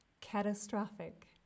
catastrophic